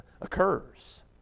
occurs